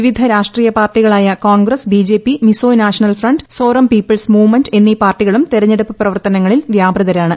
വിവിധ രാഷ്ട്രിടീയ് പാർട്ടികളായ Congress B J P Mizo national front Zoram people's movement എന്നീ പാർട്ടിക്കളും തെരഞ്ഞെടുപ്പ് പ്രവർത്തനങ്ങളിൽ വ്യാപൃതരാണ്